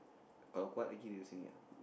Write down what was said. uh kuat lagi daripada sini ah